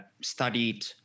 studied